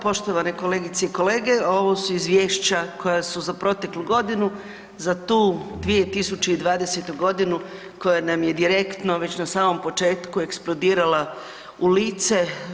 Poštovane kolegice i kolege ovo su izvješća koja su za proteklu godinu, za tu 2020. godinu koja nam je direktno već na samom početku eksplodirala u lice.